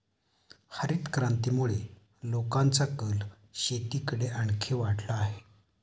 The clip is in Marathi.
हरितक्रांतीमुळे लोकांचा कल शेतीकडे आणखी वाढला आहे